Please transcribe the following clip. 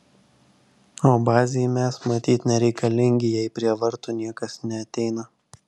o bazei mes matyt nereikalingi jei prie vartų niekas neateina